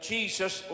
Jesus